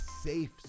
safe